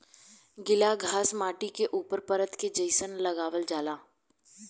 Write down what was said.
गिला घास माटी के ऊपर परत के जइसन लगावल जाला